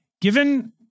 Given